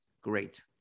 great